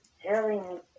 Hearing